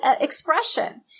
expression